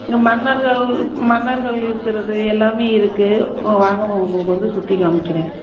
இங்கே மன்னர்கள் மன்னர்கள் இருக்கிறது எல்லாமே இருக்கு ஒ வாங்க உங்களுக்கு வந்து சுற்றிக் காமிக்கிறேன்